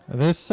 this